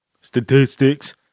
statistics